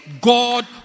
God